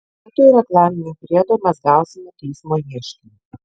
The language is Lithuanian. vietoj reklaminio priedo mes gausime teismo ieškinį